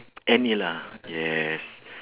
any lah yes